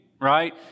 right